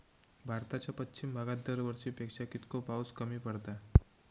भारताच्या पश्चिम भागात दरवर्षी पेक्षा कीतको पाऊस कमी पडता?